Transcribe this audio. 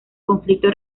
conflicto